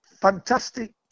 Fantastic